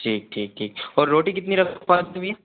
ठीक ठीक ठीक और रोटी कितनी रखवा दूँ भैया